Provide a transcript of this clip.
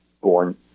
born